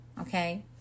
Okay